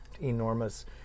enormous